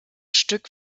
stück